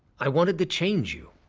i wanted to change you.